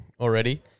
already